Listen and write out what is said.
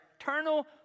eternal